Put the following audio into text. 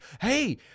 hey